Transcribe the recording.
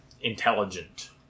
intelligent